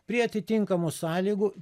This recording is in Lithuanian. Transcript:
prie atitinkamų sąlygų